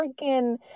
freaking